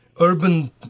urban